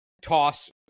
toss